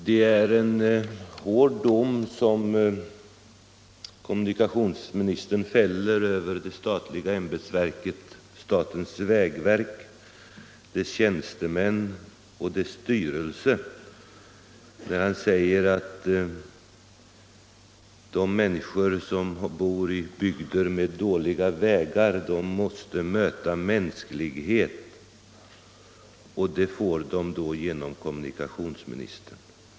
Det är en hård dom som kommunikationsministern fäller över det statliga ämbetsverket statens vägverk, dess tjänstemän och dess styrelse när han säger att de människor som bor i bygder med dåliga vägar måste möta mänsklighet, och det skall de få genom kommunikationsministern.